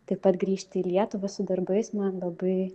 taip pat grįžti į lietuvą su darbais man labai